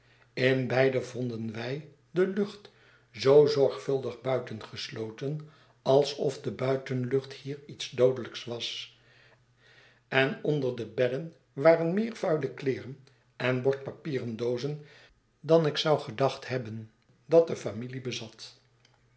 in beide vonden wij de lucht zoo zorgvuldig buitengesloten alsof de buitenlucht hier iets doodelijks was en onder de bedden waren meer vuile kleeren en bordpapieren doozen dan ik zou gedacht hebben dat de familie bezat